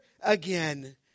again